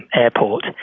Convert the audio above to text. Airport